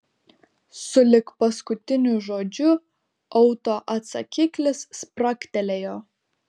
sulig paskutiniu žodžiu autoatsakiklis spragtelėjo